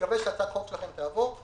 אני מקווה שהצעת החוק שלכם תעבור.